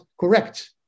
correct